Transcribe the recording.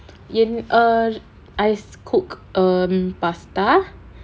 என்:en err I cook um pasta